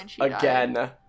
again